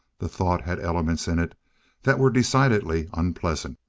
the thought had elements in it that were decidedly unpleasant.